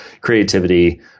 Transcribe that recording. creativity